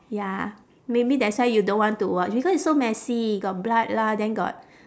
ya maybe that's why you don't want to watch because it's so messy got blood lah then got